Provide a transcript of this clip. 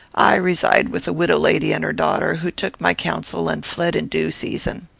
i reside with a widow lady and her daughter, who took my counsel, and fled in due season.